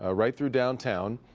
ah right through downtown.